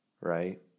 right